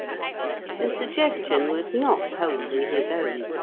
the suggestion was not wholly his own,